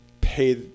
pay